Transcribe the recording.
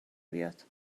بیاد